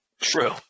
True